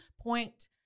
point